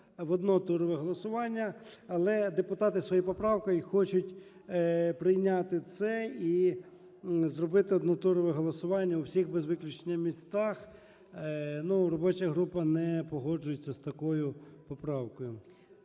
однотурове голосування. Але депутати своєю поправкою хочуть прийняти це і зробити однотурове голосування у всіх без виключення містах. Ну, робоча група не погоджується з такою поправкою.